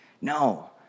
No